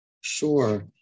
Sure